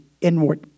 inward